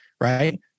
right